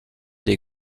des